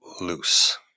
loose